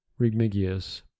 Rigmigius